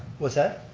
what's that,